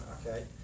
Okay